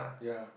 ya